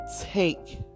take